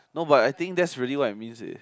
no but I think that's really what it means eh